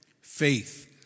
faith